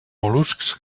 mol·luscs